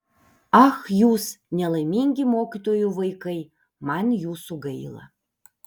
ach jūs nelaimingi mokytojų vaikai man jūsų gaila